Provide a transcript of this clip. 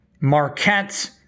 Marquette